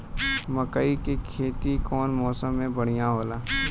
मकई के खेती कउन मौसम में बढ़िया होला?